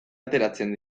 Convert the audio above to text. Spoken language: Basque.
ateratzen